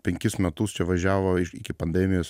penkis metus čia važiavo iki pandemijos